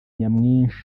nyamwinshi